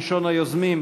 ראשון היוזמים,